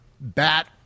bat –